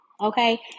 okay